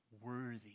worthy